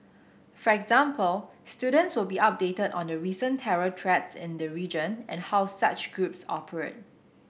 for example students will be updated on the recent terror threats in the region and how such groups operate